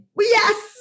yes